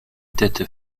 tête